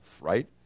right